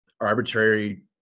arbitrary